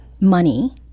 money